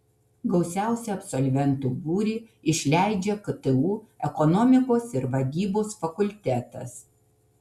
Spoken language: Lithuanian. gausiausią absolventų būrį išleidžia ktu ekonomikos ir vadybos fakultetas